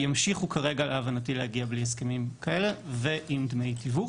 ימשיכו כרגע להבנתי להגיע בלי הסכמים כאלה ועם דמי תיווך.